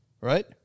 right